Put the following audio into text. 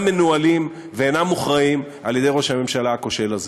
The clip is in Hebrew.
מנוהלים ואינם מוכרעים על-ידי ראש הממשלה הכושל הזה.